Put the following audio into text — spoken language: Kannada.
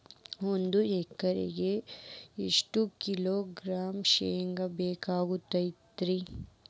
ಒಂದು ಎಕರೆಗೆ ಎಷ್ಟು ಕಿಲೋಗ್ರಾಂ ಶೇಂಗಾ ಬೇಕಾಗತೈತ್ರಿ?